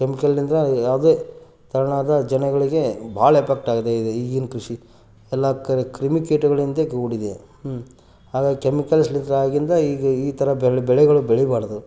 ಕೆಮಿಕಲಿಂದ ಯಾವುದೇ ತೆರನಾದ ಜನಗಳಿಗೆ ಭಾಳ ಎಫೆಕ್ಟಾಗಿದೆ ಈಗಿನ ಕೃಷಿ ಎಲ್ಲ ಕಡೆ ಕ್ರಿಮಿಕೀಟಗಳಿಂದ ಕೂಡಿದೆ ಹಾಗಾಗಿ ಕೆಮಿಕಲ್ಸ್ ಈಗ ಈ ಥರ ಬೆಳೆ ಬೆಳೆಗಳು ಬೆಳಿಬಾರದು